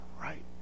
right